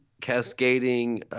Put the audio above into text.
cascading